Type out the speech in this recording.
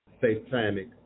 Satanic